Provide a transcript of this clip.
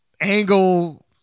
angle –